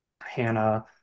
Hannah